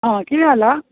आं कितें जाला